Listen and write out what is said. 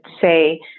say